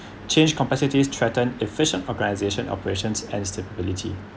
change complexities threatened efficient organisation operations and stability